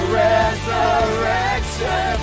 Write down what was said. resurrection